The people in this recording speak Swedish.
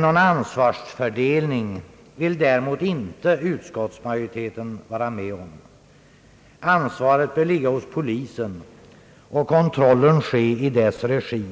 Någon ansvarsfördelning vill däremot utskottsmajoriteten inte vara med om. Ansvaret bör ligga hos polisen och kontrollen ske i dess regi.